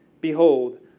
Behold